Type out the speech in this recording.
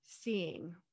seeing